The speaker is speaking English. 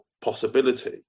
possibility